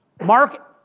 Mark